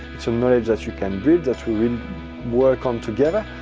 it's a knowledge that you can build, that we will work on together.